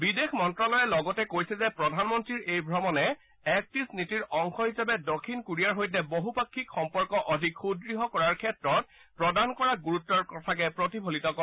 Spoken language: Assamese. বিদেশ মন্ত্ৰালয়ে লগতে কৈছে যে প্ৰধানমন্ত্ৰীৰ এই ভ্ৰমণে এক্ট ইষ্ট নীতিৰ অংশ হিচাপে দক্ষিণ কোৰিয়াৰ সৈতে বহুপাক্ষিক সম্পৰ্ক অধিক সূদ্য় কৰাৰ ক্ষেত্ৰত প্ৰদান কৰা গুৰুত্বৰ কথাকে প্ৰতিফলিত কৰে